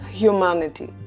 humanity